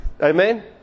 Amen